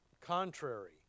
contrary